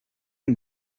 and